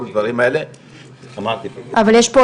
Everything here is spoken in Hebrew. אני אכין